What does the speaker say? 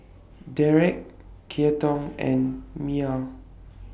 Dereck Keaton and Mia